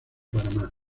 panamá